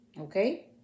okay